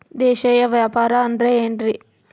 ದೇಶೇಯ ವ್ಯಾಪಾರ ಅಂದ್ರೆ ಏನ್ರಿ?